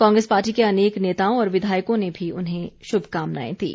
Congress party के अनेक नेताओं और विधायकों ने भी उन्हें शुभकामनाएं दीं